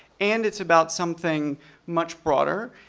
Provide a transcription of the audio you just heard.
and it's about something much broader.